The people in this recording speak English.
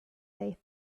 they